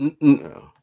No